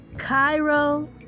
Cairo